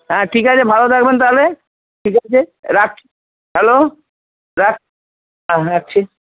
হ্যাঁ ঠিক আছে ভালো থাকবেন তাহলে ঠিক আছে রাখি হ্যালো রাখ